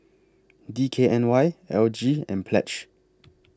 D K N Y L G and Pledge